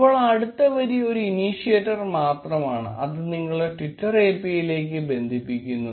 ഇപ്പോൾ അടുത്ത വരി ഒരു ഇനിഷ്യേറ്റർ മാത്രമാണ് അത് നിങ്ങളെ ട്വിറ്റർ API ലേക്ക് ബന്ധിപ്പിക്കുന്നു